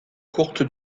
courte